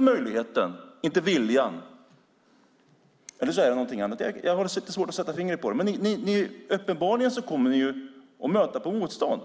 möjlighet eller vilja. Jag har lite svårt att sätta fingret på det. Ni kommer uppenbarligen att stöta på motstånd.